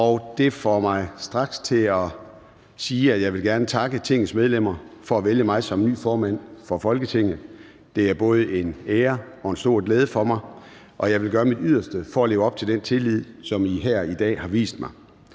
Det får mig straks til at sige, at jeg gerne vil takke Tingets medlemmer for at vælge mig som ny formand for Folketinget. Det er både en ære og en stor glæde for mig, og jeg vil gøre mit yderste for at leve op til den tillid, som I her i dag har vist mig.